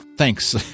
Thanks